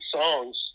songs